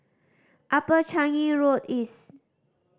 Upper Changi Road East